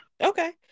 okay